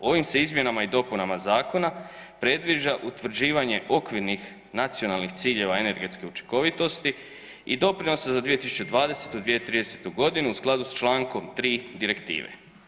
Ovim se izmjenama i dopunama zakona predviđa utvrđivanje okvirnih nacionalnih ciljeva energetske učinkovitosti i doprinosa za 2020., 2030. godinu u skladu s Člankom 3. Direktive.